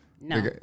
no